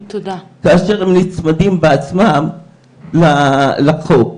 כאשר הם נצמדים בעצמם לחוק?